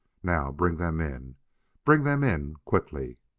now bring them in bring them in quickly!